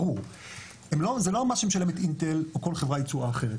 זה לא מס שמשלמת אינטל או כל חברה אחרת,